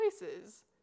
choices